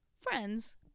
friends